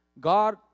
God